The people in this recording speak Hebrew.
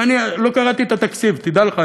ואני לא קראתי את התקציב, תדע לך.